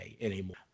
anymore